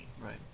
right